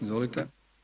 Izvolite.